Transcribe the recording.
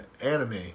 anime